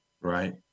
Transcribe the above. right